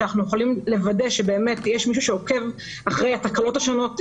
שאנחנו יכולים לוודא שבאמת יש מישהו שעוקב אחרי התקלות השונות,